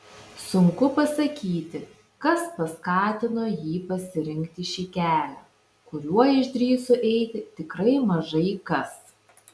sunku pasakyti kas paskatino jį pasirinkti šį kelią kuriuo išdrįso eiti tikrai mažai kas